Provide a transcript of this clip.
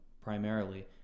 primarily